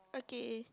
okay